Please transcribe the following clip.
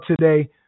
today